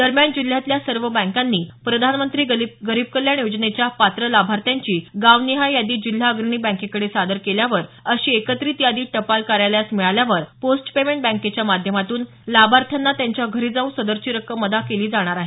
दरम्यान जिल्ह्यातल्या सर्व बँकानी प्रधानमंत्री गरीब कल्याण योजनेच्या पात्र लाभार्थ्यांची गावनिहाय यादी जिल्हा अग्रणी बँकेकडे सादर केल्यावर अशी एकत्रित यादी टपाल कार्यालयास मिळाल्यावर पोस्ट पेमेंट बँकेच्या माध्यामातून लाभार्थ्यांना त्यांच्या घरी जाऊन सदरची रक्कम अदा करता केली जाणार आहे